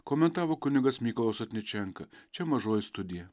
komentavo kunigas mykolas sotničenka čia mažoji studija